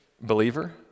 believer